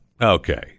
okay